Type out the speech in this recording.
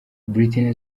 britney